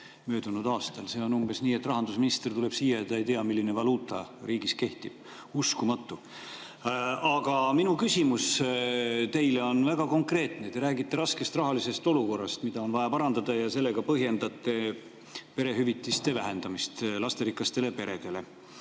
möödunud aastal. See on umbes nii, et rahandusminister tuleb siia ja ta ei tea, milline valuuta riigis kehtib. Uskumatu! Aga minu küsimus teile on väga konkreetne. Te räägite raskest rahalisest olukorrast, mida on vaja parandada, ja sellega põhjendate perehüvitiste vähendamist lasterikastele peredele.